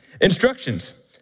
Instructions